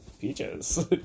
peaches